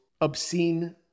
obscene